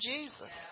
Jesus